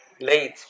late